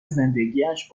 زندگیاش